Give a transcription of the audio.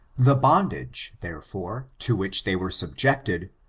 the bondage, therefore, to which they were subjected,